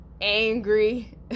angry